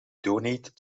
donated